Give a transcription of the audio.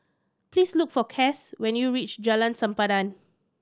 please look for Cas when you reach Jalan Sempadan